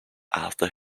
after